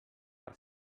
per